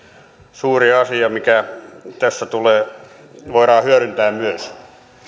suuri asia mitä tässä voidaan hyödyntää myös